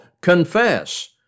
confess